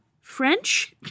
French